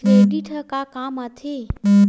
Credit ह का काम आथे?